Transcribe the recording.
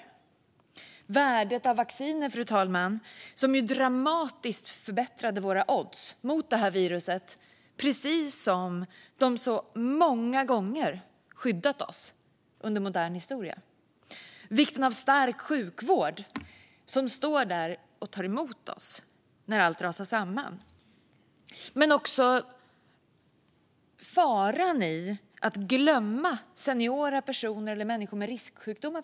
Det handlar om värdet av vacciner som dramatiskt förbättrade våra odds mot detta virus, precis som vacciner så många gånger har skyddat oss under modern historia. Det handlar också om vikten av en stark sjukvård som finns där och tar emot oss när allt rasar samman. Men det handlar också om faran i att glömma seniora personer och människor med risksjukdomar.